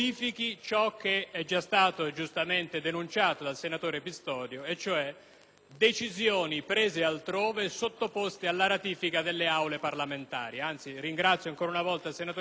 decisioni prese altrove sottoposte alla ratifica delle Aule parlamentari (ringrazio, ancora una volta, il senatore Pistorio per aver fatto la cronaca di quanto avvenuto alla Camera dei deputati).